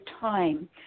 time